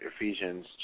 Ephesians